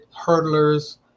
hurdlers